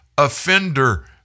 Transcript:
offender